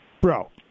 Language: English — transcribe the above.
bro